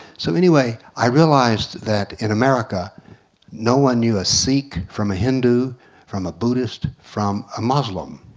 so anyway i realized that in america no one knew a sikh from hindu from a buddhist from a muslim.